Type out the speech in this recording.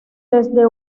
desde